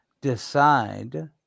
decide